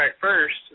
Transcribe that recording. first